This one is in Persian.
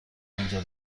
اینجا